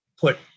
put